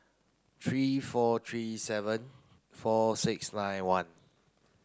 three four three seven four six nine one